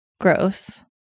Gross